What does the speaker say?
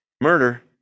Murder